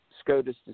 SCOTUS